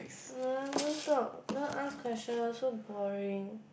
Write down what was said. nah don't talk don't ask question one so boring